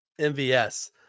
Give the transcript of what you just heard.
MVS